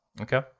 Okay